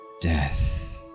Death